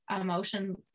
emotion